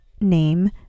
name